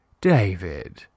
David